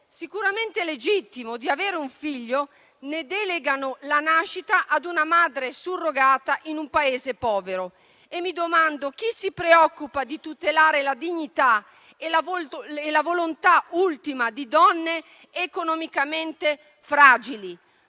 sicuramente legittimo di avere un figlio, delegano la nascita ad una madre surrogata in un Paese povero. Mi domando: chi si preoccupa di tutelare la dignità e la volontà ultima di donne economicamente fragili?